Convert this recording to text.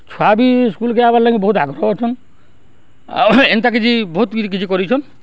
ଛୁଆ ବି ସ୍କୁଲ୍କେ ଆଏବାର୍ ଲାଗି ବହୁତ୍ ଆଗ୍ରହ ଅଛନ୍ ଆଉ ଏନ୍ତା କିଛି ବହୁତ୍ କିଛି କରିଛନ୍